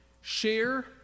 share